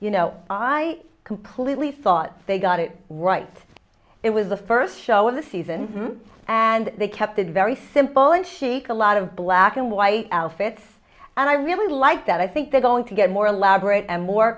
you know i i completely thought they got it right it was the first show of the season and they kept it very simple and chic a lot of black and white outfits and i really like that i think they're going to get more elaborate and more